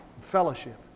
fellowship